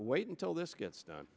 wait until this gets done